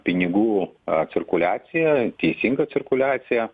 pinigų cirkuliaciją teisingą cirkuliaciją